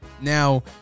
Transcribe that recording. Now